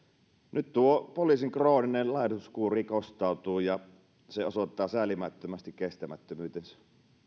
nyt tuo poliisin krooninen laihdutuskuuri kostautuu ja se osoittaa säälimättömästi kestämättömyytensä